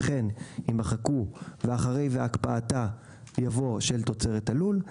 וכן" יימחקו ואחרי "והקפאתה" יבוא "של תוצרת הלול";